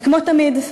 וכמו תמיד,